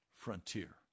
frontier